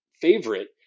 favorite